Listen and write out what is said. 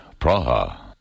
Praha